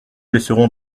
laisserons